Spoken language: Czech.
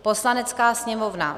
Poslanecká sněmovna